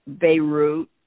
Beirut